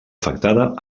afectada